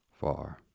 far